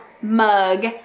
mug